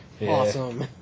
Awesome